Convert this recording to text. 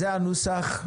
זה הנוסח.